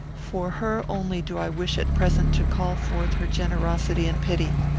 for her only do i wish at present to call forth her generosity and pity.